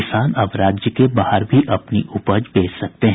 किसान अब राज्य के बाहर भी अपनी उपज बेच सकते हैं